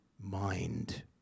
mind